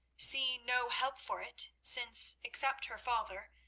seeing no help for it, since except her father,